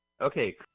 Okay